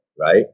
right